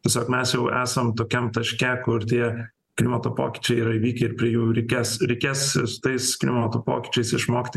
tiesiog mes jau esam tokiam taške kur tie klimato pokyčiai yra įvykę ir prie jų reikės reikės ir su tais klimato pokyčiais išmokti